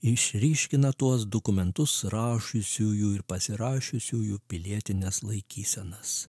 išryškina tuos dokumentus rašiusiųjų ir pasirašiusiųjų pilietines laikysenas